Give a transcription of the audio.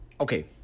okay